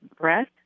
breath